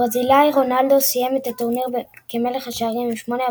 הברזילאי רונאלדו סיים את הטורניר כמלך השערים עם שמונה הבקעות,